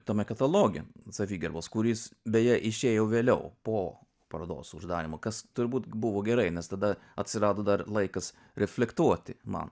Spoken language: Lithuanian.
tame kataloge savigarbos kuris beje išėjo vėliau po parodos uždarymo kas turbūt buvo gerai nes tada atsirado dar laikas reflektuoti man